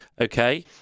okay